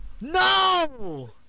No